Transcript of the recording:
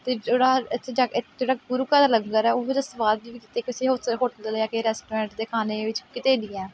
ਅਤੇ ਜਿਹੜਾ ਇੱਥੇ ਜਾ ਕੇ ਜਿਹੜਾ ਗੁਰੂ ਘਰ ਦਾ ਲੰਗਰ ਹੈ ਉਹੋ ਜਿਹਾ ਸੁਆਦ ਵੀ ਕਿਤੇ ਕਿਸੇ ਹੋਸਟਲ ਹੋਟਲ ਜਾਂ ਕਿਸੇ ਰੈਸਟੋਰੈਂਟ ਦੇ ਖਾਣੇ ਵਿੱਚ ਕਿਤੇ ਨਹੀਂ ਹੈ